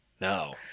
no